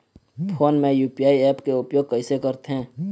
Phone मे UPI app के उपयोग कइसे करथे?